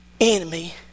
enemy